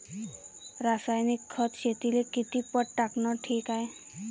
रासायनिक खत शेतीले किती पट टाकनं ठीक हाये?